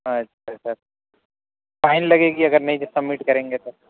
اچھا sir fine لگے گی اگر نہیں سبمٹ کریں گے تو